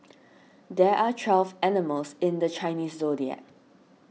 there are twelve animals in the Chinese zodiac